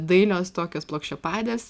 dailios tokios plokščiapadės